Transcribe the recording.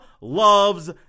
loves